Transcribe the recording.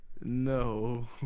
No